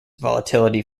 volatility